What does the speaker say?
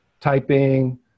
typing